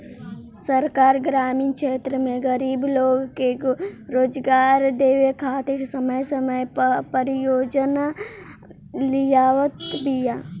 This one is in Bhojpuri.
सरकार ग्रामीण क्षेत्र में गरीब लोग के रोजगार देवे खातिर समय समय पअ परियोजना लियावत बिया